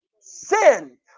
sin